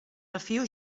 refio